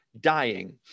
dying